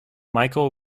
michael